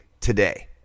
today